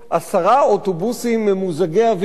עשרה אוטובוסים ממוזגי אוויר,